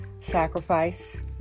sacrifice